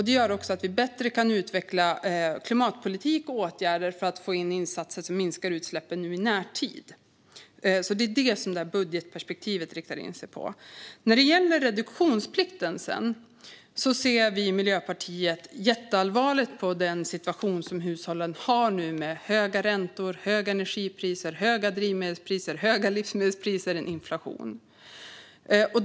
Det gör också att vi bättre kan utveckla klimatpolitik och åtgärder för att få in insatser som minskar utsläppen i närtid. Det är det som budgetperspektivet riktar in sig på. När det sedan gäller reduktionsplikten ser vi i Miljöpartiet jätteallvarligt på den situation som hushållen nu har med höga räntor, höga energipriser, höga drivmedelspriser, höga livsmedelspriser och inflation.